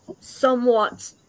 somewhat